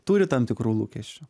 turi tam tikrų lūkesčių